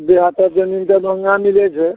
जे हेतऽ जमीन तऽ महगा मिलै छै